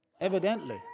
evidently